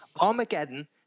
Armageddon